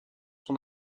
son